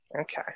Okay